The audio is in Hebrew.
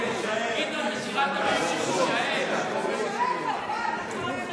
--- אם מישהו יביא לי כיפה, אז אני מוכן.